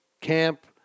camp